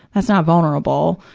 that's not vulnerable.